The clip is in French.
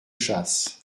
chasse